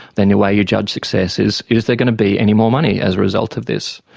then the way you judge success is is there going to be any more money as a result of this?